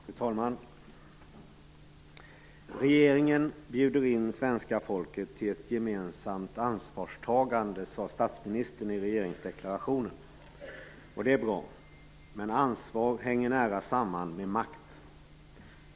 Fru talman! Regeringen bjuder in svenska folket till ett gemensamt ansvarstagande sade statsministern i regeringsdeklarationen. Det är bra, men ansvar hänger nära samman med makt.